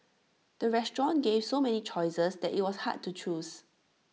the restaurant gave so many choices that IT was hard to choose